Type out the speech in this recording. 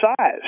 size